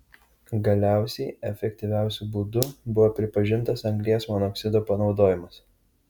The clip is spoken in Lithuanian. galiausiai efektyviausiu būdu buvo pripažintas anglies monoksido panaudojimas